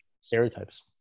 stereotypes